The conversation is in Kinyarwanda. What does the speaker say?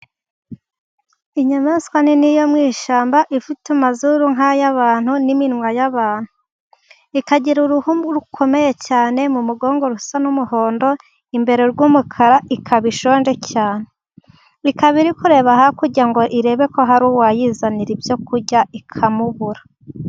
Inyamaswa nini yo mu ishyamba ifite amazuru nk’ay’abantu n’iminwa y’abantu, ikagira uruhu rukomeye cyane mu mugongo, rusa n’umuhondo imbere rw’umukara, ikaba ishonje cyane. Ikaba iri kureba hakurya ngo irebe ko hari uwayizanira ibyo kurya, ikamubura.